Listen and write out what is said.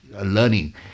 learning